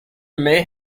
may